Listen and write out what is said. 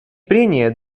прения